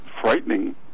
frightening